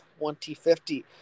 2050